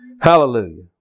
Hallelujah